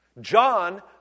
John